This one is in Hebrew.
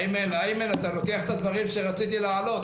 איימן, אתה לוקח את הדברים שרציתי להעלות.